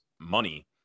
money